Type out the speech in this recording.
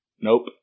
Nope